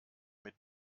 mit